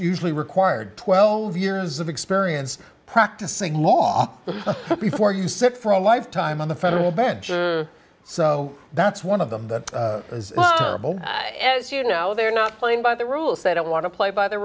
usually required twelve years of experience practicing law before you sit for a lifetime on the federal bench so that's one of them that is you know they're not playing by the rules they don't want to play by the